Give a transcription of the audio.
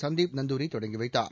சந்தீப் நந்தூரி தொடங்கி வைத்தார்